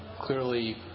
clearly